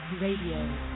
Radio